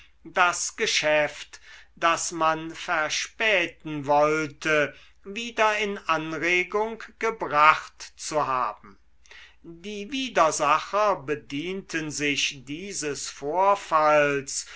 das geschäft das man verspäten wollte wieder in anregung gebracht zu haben die widersacher bedienten sich dieses vorfalls